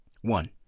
one